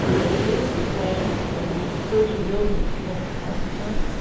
but it is a plan that will mean thirty million people have health insurance.